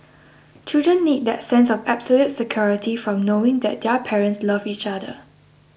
children need that sense of absolute security from knowing that their parents love each other